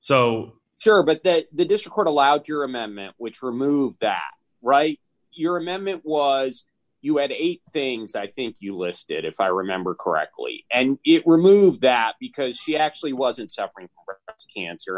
so sure but that the district court allowed your amendment which removed that right you remember it was you had eight things i think you listed if i remember correctly and it removed that because she actually wasn't suffering cancer